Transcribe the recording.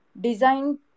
design